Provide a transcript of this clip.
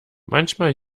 manchmal